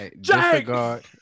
Disregard